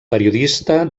periodista